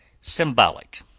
symbolic,